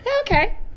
Okay